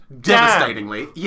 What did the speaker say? Devastatingly